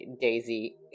Daisy